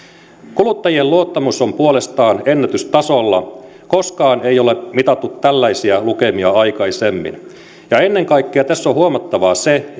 kuluttajien luottamus on puolestaan ennätystasolla koskaan ei ole mitattu tällaisia lukemia aikaisemmin ennen kaikkea tässä on huomattavaa se